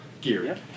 gear